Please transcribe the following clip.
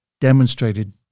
demonstrated